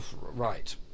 Right